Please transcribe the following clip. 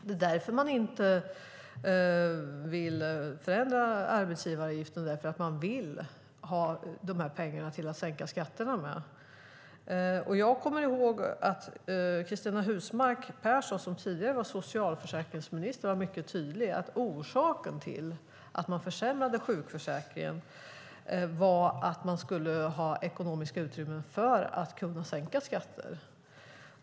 Det är därför man inte vill förändra arbetsgivaravgiften: Man vill ha dessa pengar till att sänka skatterna med. Jag kommer ihåg att Cristina Husmark Pehrsson som tidigare var socialförsäkringsminister var mycket tydlig med att orsaken till att man försämrade sjukförsäkringen var att man skulle ha ekonomiska utrymmen för att kunna sänka skatter.